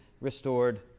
restored